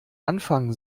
anfangen